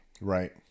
Right